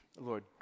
Lord